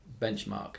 benchmark